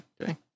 Okay